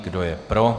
Kdo je pro?